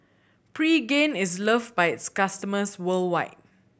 Pregain is loved by its customers worldwide